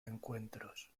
encuentros